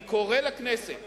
אני קורא לכנסת